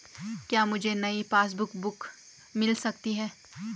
क्या मुझे नयी पासबुक बुक मिल सकती है?